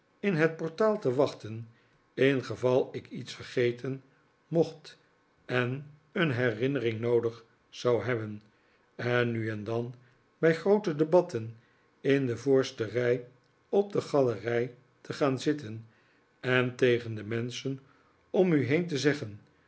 in het portaal te wachten ingeval ik iets vergeten mocht en een herinnering noodig zou hebben en nu en dan bij groote debatten in de voorste rij op de galerij te gaan zitten en tegen de menschen om u heen te zeggen